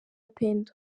pendo